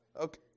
Okay